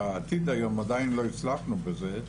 עדיין לא הצלחנו בזה,